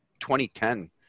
2010